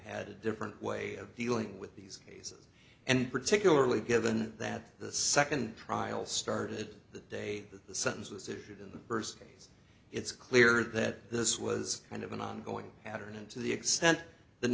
had a different way of dealing with these and particularly given that the second trial started the day that the sentence was issued in the first case it's clear that this was kind of an ongoing pattern and to the extent th